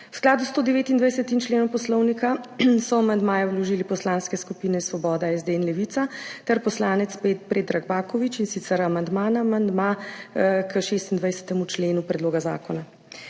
V skladu s 129. členom Poslovnika so amandmaje vložile poslanske skupine Svoboda, SD in Levica ter poslanec Predrag Baković, in sicer amandma na amandma k 26. členu predloga zakona.